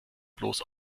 bloß